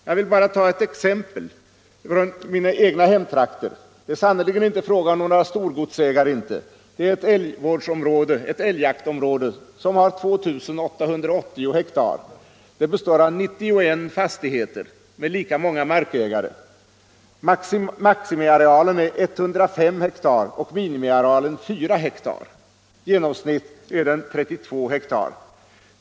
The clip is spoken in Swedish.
Jag vill bara ta ett exempel hämtat från mina egna hemtrakter — och det är sannerligen inte fråga om några storgodsägare. Det gäller ett älgjaktsområde på 2 880 har. Det består av 91 fastigheter med lika många markägare. Maximiarealen är 105 har och minimiarealen 4 har. Genomsnittet är 32 har.